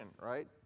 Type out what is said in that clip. right